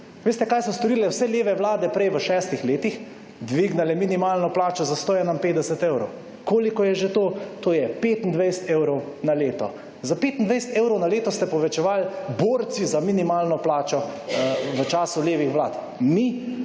Veste, kaj so storile vse leve vlade prej v šestih? Dvignile minimalno plačo za 151 evrov. Koliko je že to? To je 25 evrov na leto. Za 25 evrov na leto ste povečevali, borci za minimalno plačo v času levih vlad. Mi